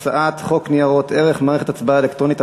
הצעת חוק ניירות ערך (מערכת הצבעה אלקטרונית),